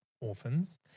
orphans